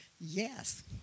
Yes